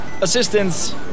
assistance